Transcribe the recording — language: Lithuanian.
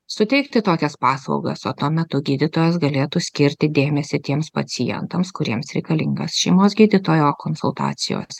suteikti tokias paslaugas o tuo metu gydytojas galėtų skirti dėmesį tiems pacientams kuriems reikalingas šeimos gydytojo konsultacijos